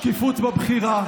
שקיפות בבחירה.